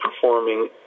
performing